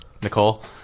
Nicole